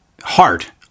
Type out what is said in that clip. heart